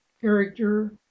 character